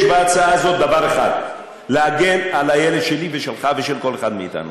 יש בהצעה הזאת דבר אחד: להגן על הילד שלי ושלך ושל כל אחד מאתנו.